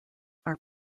are